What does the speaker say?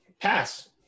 pass